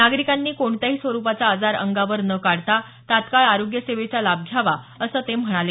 नागरिकांनी कोणत्याही स्वरुपाचा आजार अंगावर न काढता तत्काळ आरोग्यसेवेचा लाभ घ्यावा असं ते म्हणाले